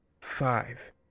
five